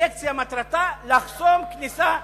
לחסום כניסה,